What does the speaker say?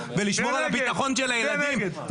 בלשמור על הביטחון של הילדים.